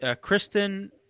Kristen